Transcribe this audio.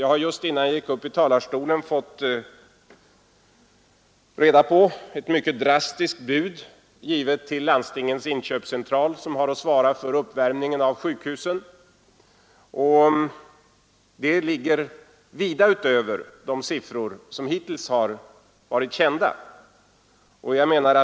Jag har just innan jag gick upp i talarstolen fått reda på ett mycket drastiskt bud, givet till Landstingens inköpscentral, som har att svara för uppvärmningen av sjukhusen. Det ligger vida utöver de siffror som hittills har varit kända.